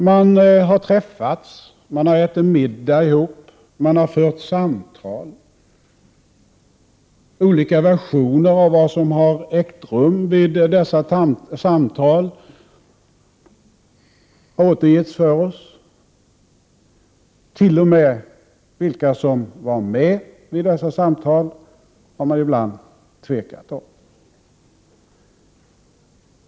Man har träffats, man har ätit middag ihop, man har fört samtal. Olika versioner av vad som har ägt rum vid dessa samtal har återgetts för oss. T.o.m. vilka som var med vid dessa samtal har man ibland tvekat om.